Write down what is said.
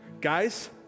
Guys